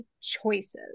choices